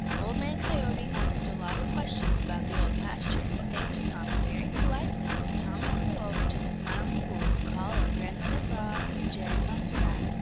old man coyote asked a lot of questions about the old pasture and thanked tommy very politely as tommy flew over to the smiling pool to call on grandfather frog and jerry muskrat.